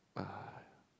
uh